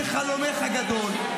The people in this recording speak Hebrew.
זה חלומך הגדול.